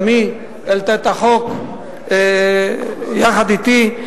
גם היא העלתה את החוק יחד אתי,